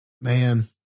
man